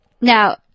Now